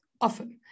often